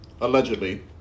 allegedly